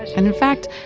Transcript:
and in fact,